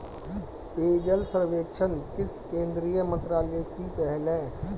पेयजल सर्वेक्षण किस केंद्रीय मंत्रालय की पहल है?